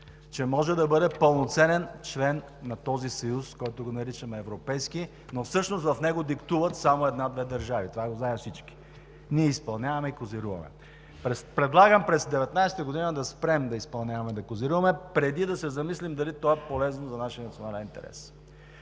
може да бъде пълноценен член на този съюз, който наричаме Европейски, но всъщност в него диктуват само една две държави – това го знаем всички. Ние изпълняваме и козируваме. Предлагам през 2019 г. да спрем да изпълняваме и да козируваме, преди да се замислим дали то е полезно за нашия национален интерес.